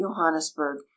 johannesburg